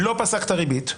לא פסק את הריבית.